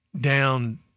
down